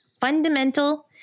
fundamental